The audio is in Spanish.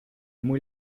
muy